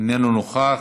איננו נוכח.